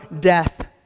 death